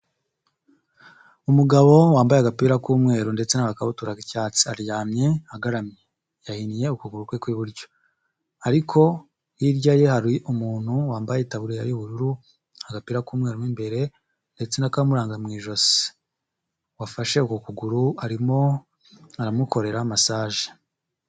Umugabo wambaye agapira k'umweru ndetse n'agakabutura k'icyatsi. Aryamye agaramye. Yahinnye ukuguru kwe kw'iburyo ariko hirya ye hari umuntu wambaye itaburiya y'ubururu, agapira k'umweru mo imbere ndetse n'akamuranga mu ijosi. Wafashe uku kuguru, arimo aramukorera masaje.